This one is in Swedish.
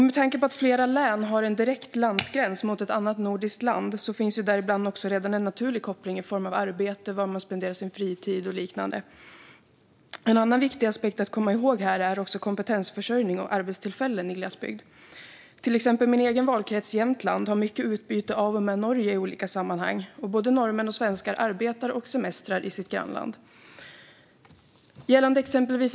Med tanke på att flera län har en direkt landsgräns mot ett annat nordiskt land finns det ibland redan en naturlig koppling i form av arbete, var människor tillbringar sin fritid och liknande. En annan viktig aspekt att komma ihåg är kompetensförsörjning och arbetstillfällen i glesbygd. Min egen valkrets Jämtland har till exempel mycket utbyte av och med Norge i olika sammanhang, och både norrmän och svenskar arbetar och semestrar i sitt grannland.